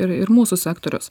ir ir mūsų sektorius